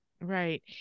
Right